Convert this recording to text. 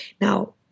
Now